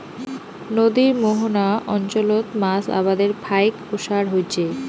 নদীর মোহনা অঞ্চলত মাছ আবাদের ফাইক ওসার হইচে